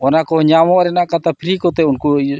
ᱚᱱᱟ ᱠᱚ ᱧᱟᱢᱚᱜ ᱨᱮᱱᱟᱜ ᱠᱟᱛᱷᱟ ᱠᱚᱛᱮ ᱩᱱᱠᱩ